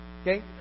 okay